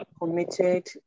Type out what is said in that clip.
committed